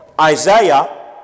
Isaiah